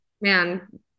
man